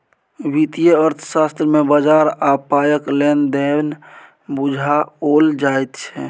वित्तीय अर्थशास्त्र मे बजार आ पायक लेन देन बुझाओल जाइत छै